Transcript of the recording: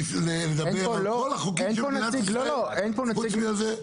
אתם רוצים עכשיו לדבר על כל החוקים של מדינת ישראל חוץ מזה?